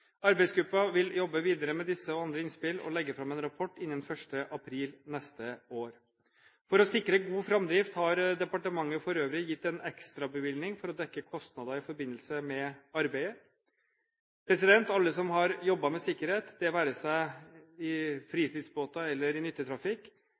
vil jobbe videre med disse og andre innspill og legge fram en rapport innen 1. april neste år. For å sikre god framdrift har departementet for øvrig gitt en ekstrabevilgning for å dekke kostnader i forbindelse med arbeidet. Alle som har jobbet med sikkerhet – det være seg